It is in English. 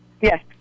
Yes